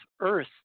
Earth